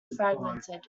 fragmented